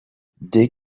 dès